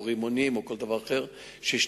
רימונים או כל דבר אחר שישנו.